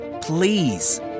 Please